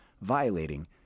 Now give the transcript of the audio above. violating